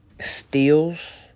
steals